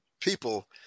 people